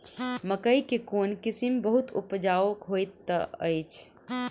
मकई केँ कोण किसिम बहुत उपजाउ होए तऽ अछि?